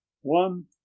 One